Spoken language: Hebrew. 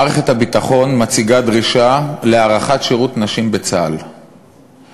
מערכת הביטחון מציגה דרישה להארכת שירות נשים בצה"ל